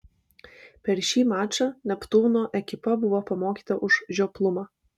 per šį mačą neptūno ekipa buvo pamokyta už žioplumą